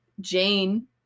Jane